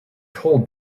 told